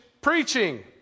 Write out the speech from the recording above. preaching